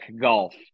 Golf